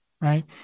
right